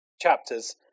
chapters